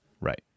Right